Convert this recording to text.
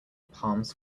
palms